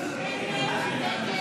סעיף 1,